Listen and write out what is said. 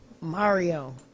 Mario